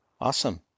Awesome